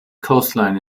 coastline